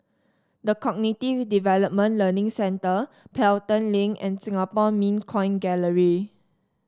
The Cognitive Development Learning Centre Pelton Link and Singapore Mint Coin Gallery